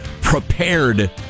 prepared